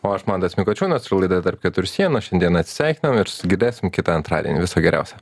o aš mantas mikučiūnas su laida tarp keturių sienų šiandieną atsisveikinam ir susigirdėsim kitą antradienį viso geriausio